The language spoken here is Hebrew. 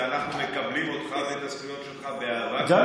ואנחנו מקבלים אותך ואת הזכויות שלך באהבה גדולה ובחיבוק.